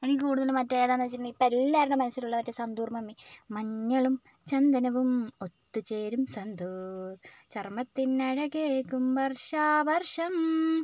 എനിക്ക് കൂടുതലും മറ്റ് ഏതാന്നു വെച്ചിട്ടുണ്ടെങ്കിൽ ഇപ്പോൾ എല്ലാവരുടെ മനസ്സിലുള്ള മറ്റെ സന്തൂർ മമ്മി മഞ്ഞളും ചന്ദനവും ഒത്തുചേരും സന്തൂർ ചർമ്മത്തിനഴകേകും വർഷാ വർഷം